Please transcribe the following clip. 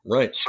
Right